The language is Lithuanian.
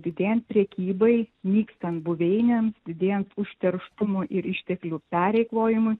didėjant prekybai nykstant buveinėms didėjant užterštumui ir išteklių pereikvojimui